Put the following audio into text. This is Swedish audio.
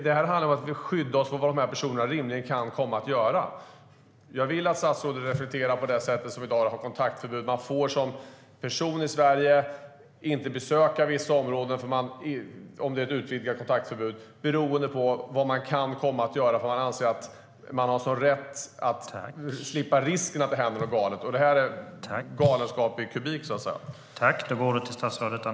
Det handlar ju om att vi måste kunna skydda oss mot vad dessa personer kan komma att göra. Jag vill att statsrådet reflekterar som när det gäller dagens kontaktförbud. Ett utvidgat kontaktförbud innebär att man som person i Sverige inte får besöka vissa områden just med tanke på vad man kan komma göra. Samhället anser att det finns en rätt att slippa risken för att det händer något galet, och här är det galenskap i kubik vi talar om.